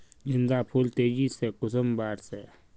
गेंदा फुल तेजी से कुंसम बार से?